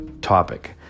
topic